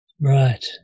Right